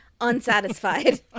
unsatisfied